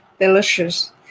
Delicious